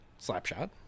Slapshot